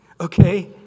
okay